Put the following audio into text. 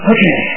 Okay